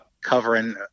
covering